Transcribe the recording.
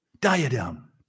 Diadem